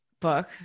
book